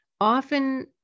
Often